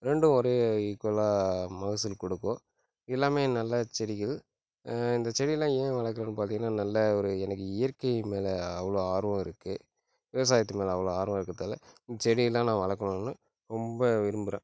ரெண்டும் ஒரே ஈக்குவலாக மகசூல் கொடுக்கும் எல்லாமே நல்ல செடிகள் இந்த செடிலாம் ஏன் வளர்க்கறேன்னு பார்த்திங்கன்னா நல்ல ஒரு எனக்கு இயற்கை மேலே அவ்வளோ ஆர்வம் இருக்கு விவசாயத்து மேலே அவ்வளோ ஆர்வம் இருக்கதால் இந்த செடிலாம் நான் வளர்க்கணுன்னு ரொம்ப விரும்புகிறேன்